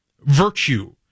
virtue